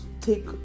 take